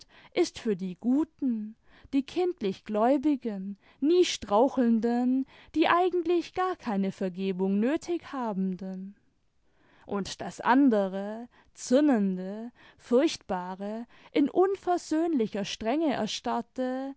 ist für die guten die kindlichgläubigen niestrauchelnden die eigentlich gar keine vergebung nötig habenden und das andere zürnende furchtbare in unversöhnlicher strenge erstarrte